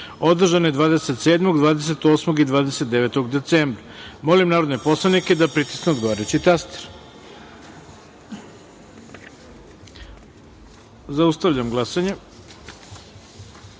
održane 27, 28. i 29. decembra. Molim narodne poslanike da pritisnu odgovarajući taster. Zaustavljam glasanje: